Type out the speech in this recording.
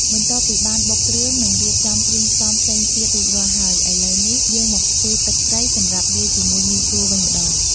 បន្ទាប់ពីបានបុកគ្រឿង និងរៀបចំគ្រឿងផ្សំផ្សេងទៀតរួចរាល់ហើយ ឥឡូវនេះ យើងមកធ្វើទឹកត្រីសម្រាប់លាយជាមួយមីសួរវិញម្ដង។